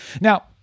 Now